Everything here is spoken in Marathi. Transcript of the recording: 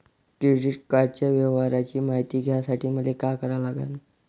क्रेडिट कार्डाच्या व्यवहाराची मायती घ्यासाठी मले का करा लागन?